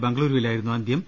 ബംഗളുരുവി ലായിരുന്നു അന്തൃം